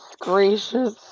gracious